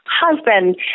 husband